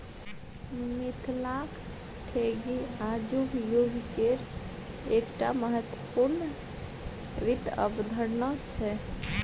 मिथिलाक ढेकी आजुक युगकेर एकटा महत्वपूर्ण वित्त अवधारणा छै